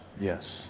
Yes